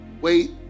wait